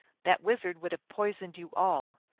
that wizard would have poisoned you all.